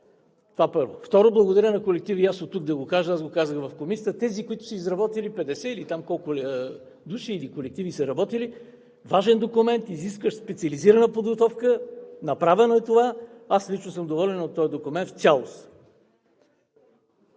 Това, първо. Второ, благодаря на колектива – и оттук да го кажа, аз го казах и в Комисията, тези, които са изработили 50 или там колко души или колективи са работили. Важен документ, изискващ специализирана подготовка, направено е това. Аз лично съм доволен от този документ в цялост.